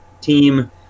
team